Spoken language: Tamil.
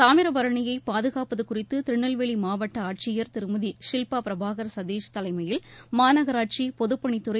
தாமிரபரணியை பாதுகாப்பது குறித்து திருநெல்வேலி மாவட்ட ஆட்சியர் திருமதி ஷில்பா பிரபாகர் சதீஷ் தலைமையில் மாநகராட்சி பொதுப்பணித்துறை